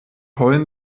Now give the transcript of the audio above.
heulen